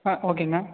ஆ ஓகேங்க